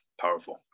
powerful